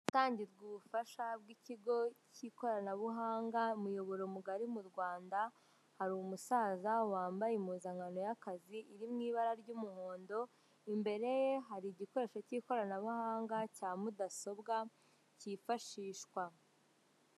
Ahatangirwa ubufasha bw'ikigo cy'ikoranabuhanga, umuyoboro mugari mu Rwanda, hari umusaza wambaye impuzankano y'akazi iri mu ibara ry'umuhondo, imbere hari igikoresho cy'ikoranabuhanga cya mudasobwa cyifashishwa.